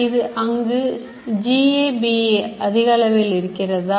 இது அங்கு GABA அதிக அளவில் இருக்கிறதா